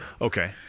Okay